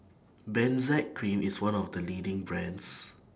Benzac Cream IS one of The leading brands